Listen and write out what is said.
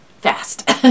fast